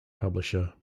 publisher